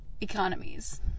economies